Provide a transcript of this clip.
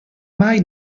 mai